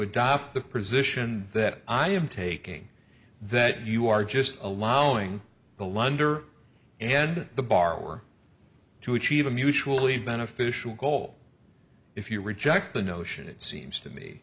adopt the position that i am taking that you are just allowing the lender and the borrower to achieve a mutually beneficial goal if you reject the notion it seems to me